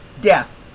Death